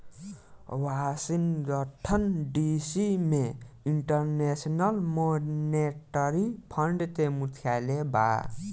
Washington DC में International Monetary Fund के मुख्यालय बा